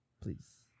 Please